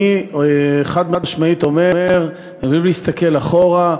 אני חד-משמעית אומר: חייבים להסתכל אחורה.